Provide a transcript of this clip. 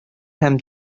һәм